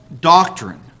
doctrine